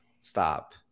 Stop